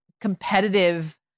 competitive